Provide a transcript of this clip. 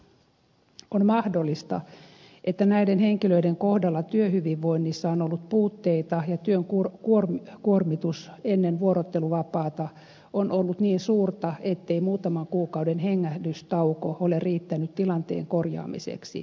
on mahdollista että näiden henkilöiden kohdalla työhyvinvoinnissa on ollut puutteita ja työn kuormitus ennen vuorotteluvapaata on ollut niin suurta ettei muutaman kuukauden hengähdystauko ole riittänyt tilanteen korjaamiseksi